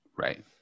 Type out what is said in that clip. right